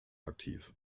aktiv